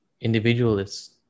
individualist